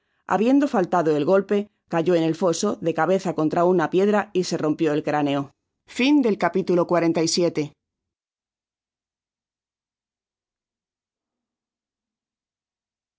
habiendo faltado el golpe cayó en el foso de cabeza contra una piedra y se rompió el cráneo